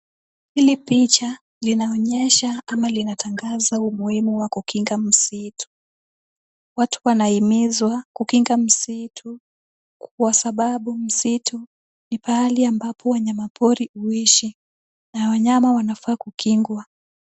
Hili picha linaonyesha ama linatangasa humuhimu wa kutakaza msitu watu wanaimizwa kukinga misitu kwa sababu msitu ni pahali wanyama pori huishi na wanyama wanafaa kukingwa.